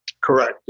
Correct